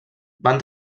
van